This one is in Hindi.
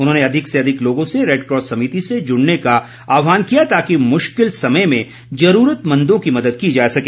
उन्होंने अधिक से अधिक लोगों से रेडक्रॉस समिति से जुड़ने का आहवान किया ताकि मुश्किल समय में जुरूरतमंदों की मदद की जा सके